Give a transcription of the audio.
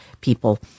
people